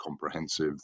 comprehensive